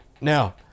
Now